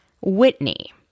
Whitney